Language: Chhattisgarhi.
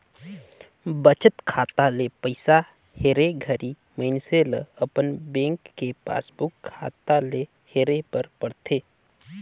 बचत खाता ले पइसा हेरे घरी मइनसे ल अपन बेंक के पासबुक खाता ले हेरे बर परथे